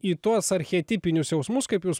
į tuos archetipinius jausmus kaip jūs